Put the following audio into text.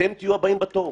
אתם תהיו הבאים בתור.